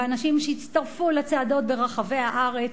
ואנשים שהצטרפו לצעדות ברחבי הארץ,